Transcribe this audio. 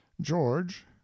George